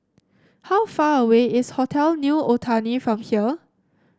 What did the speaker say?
how far away is Hotel New Otani from here